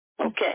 Okay